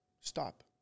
stop